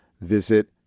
visit